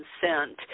consent